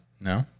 No